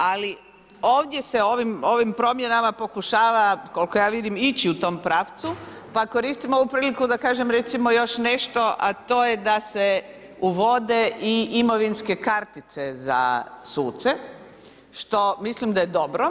Ali, ovdje se ovim promjena pokušava, koliko ja vidim ići u tom pravcu, pa koristim ovu priliku da kažem, recimo još nešto, a to je da se uvode i imovinske kartice za suce, što mislim da je dobro.